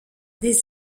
les